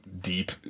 deep